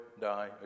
die